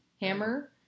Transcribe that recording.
Hammer